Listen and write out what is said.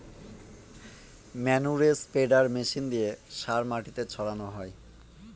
ম্যানুরে spreader machine দিয়ে সার মাটিতে ছড়ানো হয়